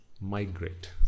migrate